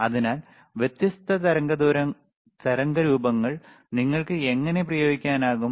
അതിനാൽ വ്യത്യസ്ത തരംഗരൂപങ്ങൾ നിങ്ങൾക്ക് എങ്ങനെ പ്രയോഗിക്കാനാകും